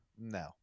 no